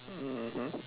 mmhmm